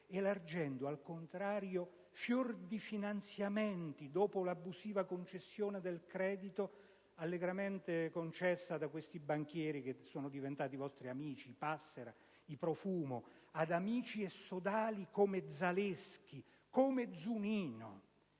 elargendo al contrario fior di finanziamenti dopo l'abusiva concessione del credito allegramente effettuata da banchieri, che sono diventati vostri amici, quali i Passera e i Profumo, ad amici e sodali come Zaleski e Zunino.